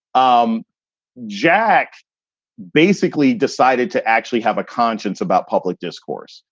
um jack's basically decided to actually have a conscience about public discourse.